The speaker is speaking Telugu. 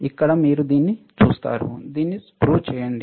ఇక్కడ మీరు దీన్ని చూస్తారు దీన్ని స్క్రూ చేయండి